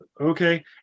okay